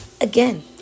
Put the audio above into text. again